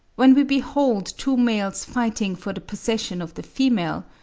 when we behold two males fighting for the possession of the female,